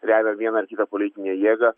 remia vieną kitą politinę jėgą